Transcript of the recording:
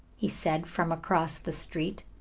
he said, from across the street.